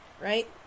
right